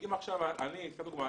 אני אתן דוגמה.